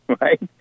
right